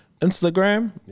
Instagram